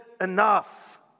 enough